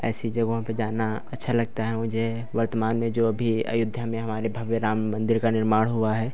ऐसी जगहों पे जाना अच्छा लगता है मुझे वर्तमान में जो अभी अयोध्या में हमारे भव्य राम मंदिर का निर्माण हुआ है